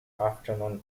afternoon